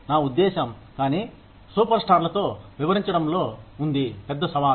నా ఉద్దేశ్యం కానీ సూపర్ స్టార్లతో వివరించడంలో ఉంది పెద్ద సవాలు